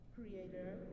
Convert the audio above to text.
Creator